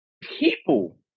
people